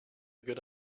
good